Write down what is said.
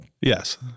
Yes